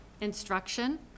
instruction